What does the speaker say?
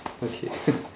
okay